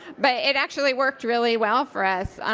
but it actually worked really well for us.